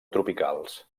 tropicals